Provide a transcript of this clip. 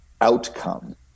outcome